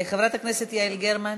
חברת הכנסת יעל גרמן.